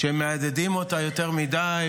שמהדהדים אותה יותר מדי,